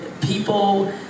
people